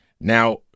Now